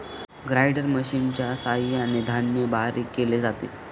grinder मशिनच्या सहाय्याने धान्य बारीक केले जाते